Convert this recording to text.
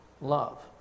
love